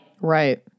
Right